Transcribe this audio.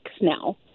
now